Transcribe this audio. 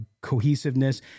cohesiveness